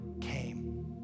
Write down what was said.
came